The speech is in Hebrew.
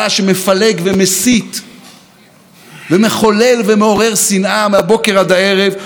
מהבוקר עד הערב או במדינה שבה יש ראש ממשלה ישר והגון שיעבוד בשבילכם?